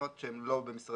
במקומות שהם לא במשרדי